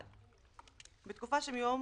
1. בתקופה שמיום